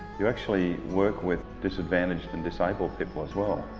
you actually work with disadvantaged and disable people as well.